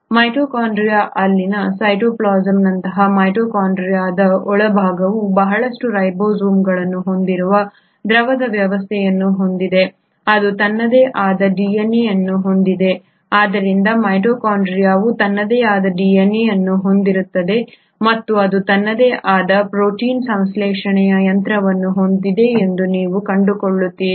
mitochondria ಅಲ್ಲಿನ ಸೈಟೋಪ್ಲಾಸಂನಂತಹ ಮೈಟೊಕಾಂಡ್ರಿಯದ ಒಳಭಾಗವು ಬಹಳಷ್ಟು ರೈಬೋಸೋಮ್ಗಳನ್ನು ಹೊಂದಿರುವ ದ್ರವದ ವ್ಯವಸ್ಥೆಯನ್ನು ಹೊಂದಿದೆ ಅದು ತನ್ನದೇ ಆದ DNA ಅನ್ನು ಹೊಂದಿದೆ ಆದ್ದರಿಂದ ಮೈಟೊಕಾಂಡ್ರಿಯಾವು ತನ್ನದೇ ಆದ DNA ಅನ್ನು ಹೊಂದಿರುತ್ತದೆ ಮತ್ತು ಅದು ತನ್ನದೇ ಆದ ಪ್ರೊಟೀನ್ ಸಂಶ್ಲೇಷಣೆ ಯಂತ್ರವನ್ನು ಹೊಂದಿದೆ ಎಂದು ನೀವು ಕಂಡುಕೊಳ್ಳುತ್ತೀರಿ